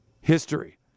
history